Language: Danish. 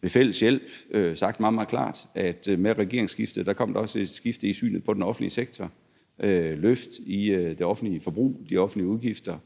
ved fælles hjælp sagt meget, meget klart, at med regeringsskiftet kom der også et skifte i synet på den offentlige sektor og et løft i det offentlige forbrug og de offentlige udgifter,